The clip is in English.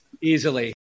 Easily